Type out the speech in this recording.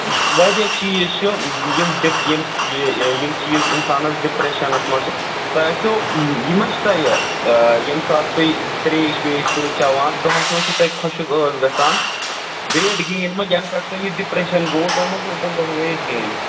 واریاہ چیٖز چھُ یِم ڈِپ ییٚم یِم چیٖز اِنسانَس ڈِپریشَنَس منٛز چھِ تۄہہِ آسیو یہِ ما چھُ تۄہہِ ییٚمہِ ساتہٕ تُہۍ ترٛیش ویش چھُو چٮ۪وان دۄہَس منٛز چھُ تۄہہِ خۄشُک ٲس گژھان ویٹ گین ما یَنہٕ پٮ۪ٹھ تۄہہِ یہِ ڈِپرٛیٚشَن گوٚو تۄہہِ ما گوٚو تنہِ پٮ۪ٹھ ویٹ گین